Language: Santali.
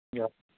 ᱡᱚᱦᱟᱨ